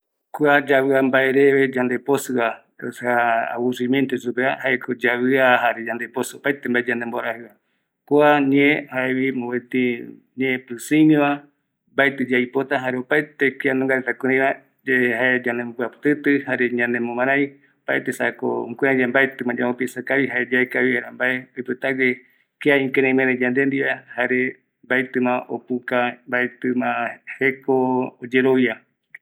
Jare oikovi yande ndie ou yavɨaetei amora mbaetɨ ou kïriiii yaiko oimesa mbae öi yande ndie jare ou yandepɨatɨtɨ jare ou yandeakɨ ete kavi ñamae opaete mbaere mbaetɨ ñanekïreɨ mbae yayapo jokua oikovi yande ndie arañavo